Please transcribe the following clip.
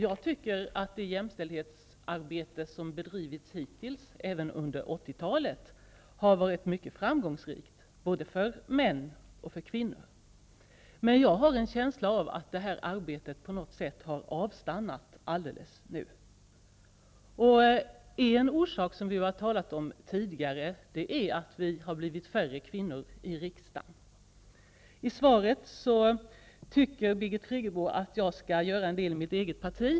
Jag tycker att det jämställdhetsarbete som hittills har bedrivits, även under 80-talet, har varit mycket framgångsrikt både för män och för kvinnor, men jag har en känsla av att arbetet nu på något sätt har avstannat. En orsak, som vi har talat om tidigare, är att det har blivit färre kvinnor i riksdagen. I svaret skriver Birgit Friggebo att jag bör göra något inom mitt eget parti.